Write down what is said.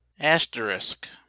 Asterisk